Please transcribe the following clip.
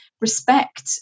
respect